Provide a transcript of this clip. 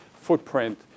footprint